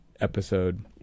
episode